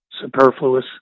superfluous